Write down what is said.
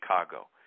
Chicago